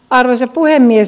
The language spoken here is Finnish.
arvoisa puhemies